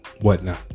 whatnot